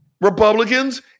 Republicans